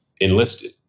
enlisted